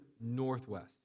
northwest